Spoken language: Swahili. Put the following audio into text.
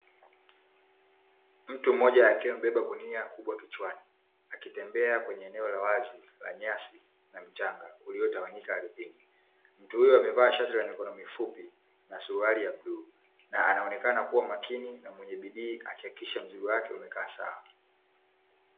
Mtu mmoja akiwa amebeba gunia kubwa kichwani akitembea kwenye eneo la wazi la nyasi na mchanga uliotawanyika ardhini. Mtu huyo amevaa shati la mikono mifupi na suruali ya bluu na naonekana akiwa makini mwenye bidii akihakikisha mzigo wake umekaa sawa.